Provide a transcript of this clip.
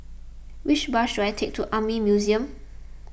which bus should I take to Army Museum